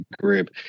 group